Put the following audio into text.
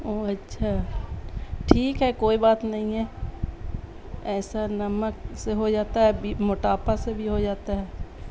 اوہ اچھا ٹھیک ہے کوئی بات نہیں ہے ایسا نمک سے ہو جاتا ہے موٹاپا سے بھی ہو جاتا ہے